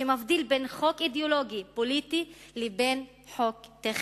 שמבדיל בין חוק אידיאולוגי פוליטי לבין חוק טכני.